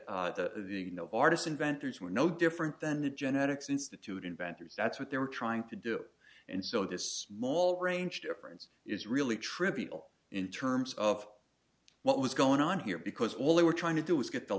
know artists inventors were no different than the genetics institute inventors that's what they were trying to do and so this small range difference is really trivial in terms of what was going on here because all they were trying to do was get the